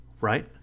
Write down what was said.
right